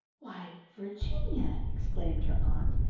why, virginia, exclaimed her aunt,